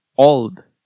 old